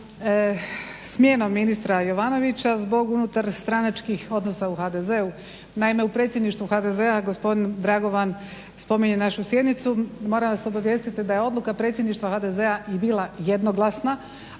smjenom ministra Jovanovića zbog unutar stranačkih odnosa u HDZ-u. Naime, u Predsjedništvu HDZ-a gospodin Dragovan spominje našu sjednicu. Moram vas obavijestiti da je odluka Predsjedništva HDZ-a i bila jednoglasna,